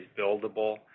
buildable